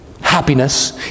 happiness